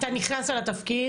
אתה נכנסת לתפקיד.